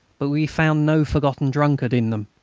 but we found no forgotten drunkard in them.